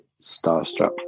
starstruck